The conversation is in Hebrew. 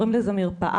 קוראים לזה מרפאה,